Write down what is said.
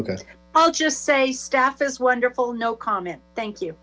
comment i'll just say staff is wonderful no comment thank you